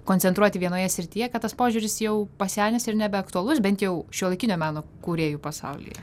koncentruoti vienoje srityje kad tas požiūris jau pasenęs ir nebeaktualus bent jau šiuolaikinio meno kūrėjų pasaulyje